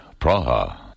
Praha